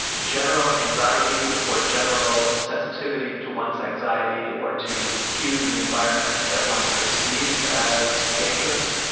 general anxiety or general sensitivity to one's anxiety or to cues in the environment that one perceives as dangerous,